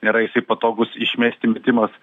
nėra jisai patogus išmesti metimas